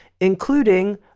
including